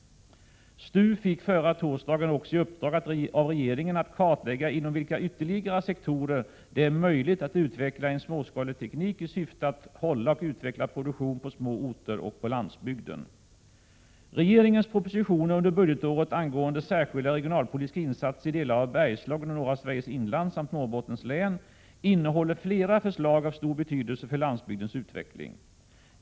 STU fick förra torsdagen också i uppdrag av regeringen att kartlägga inom 28 vilka ytterligare sektorer det är möjligt att utveckla en småskalig teknik i syfte att behålla och utveckla produktion på små orter och på landsbygden. Regeringens propositioner under budgetåret angående särskilda regionalpolitiska insatser i delar av Bergslagen och norra Sveriges inland samt Norrbottens län innehåller flera förslag av stor betydelse för landsbygdens utveckling.